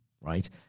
right